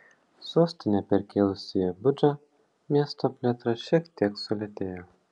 sostinę perkėlus į abudžą miesto plėtra šiek tiek sulėtėjo